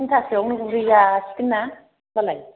तिनथा सोआव नो गुरहैजासिगोन ना होनबालाय